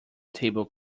table